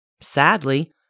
Sadly